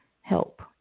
help